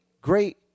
great